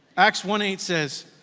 acts one eight says,